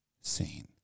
seen